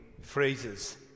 phrases